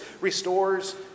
restores